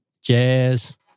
jazz